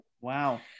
wow